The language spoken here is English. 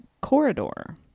corridor